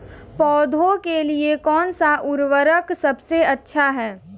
पौधों के लिए कौन सा उर्वरक सबसे अच्छा है?